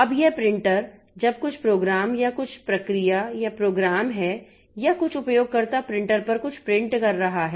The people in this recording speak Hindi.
अब यह प्रिंटर जब कुछ प्रोग्राम या कुछ प्रक्रिया या प्रोग्राम है या कुछ उपयोगकर्ता प्रिंटर पर कुछ प्रिंट कर रहा है